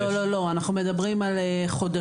לא, לא, אנחנו מדברים על חודשים.